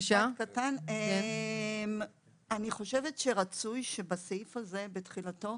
אני חושבת שרצוי בסעיף הזה, בתחילתו,